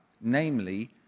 namely